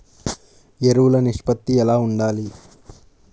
ఎరువులు నిష్పత్తి ఎలా ఉండాలి?